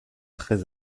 très